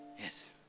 yes